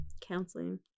counseling